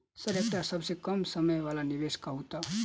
Sir एकटा सबसँ कम समय वला निवेश कहु तऽ?